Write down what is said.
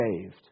saved